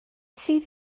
sydd